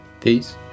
Peace